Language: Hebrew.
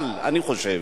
אבל אני חושב,